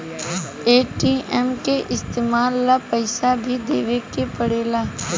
ATM के इस्तमाल ला पइसा भी देवे के पड़ेला